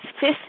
fifth